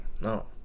no